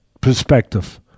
perspective